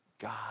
God